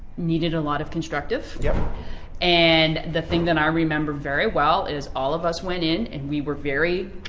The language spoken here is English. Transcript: needed a lot of constructive yeah and the thing that i remember very well is all of us went in and we were very,